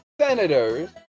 Senators